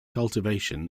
cultivation